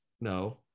No